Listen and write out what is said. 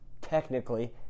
technically